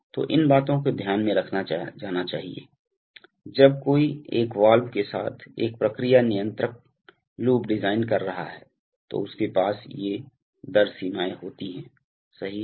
तो इन बातों को ध्यान में रखा जाना चाहिए जब कोई एक वाल्व के साथ एक प्रक्रिया नियंत्रण लूप डिजाइन कर रहा है तो उनके पास ये दर सीमाएं होती है सही है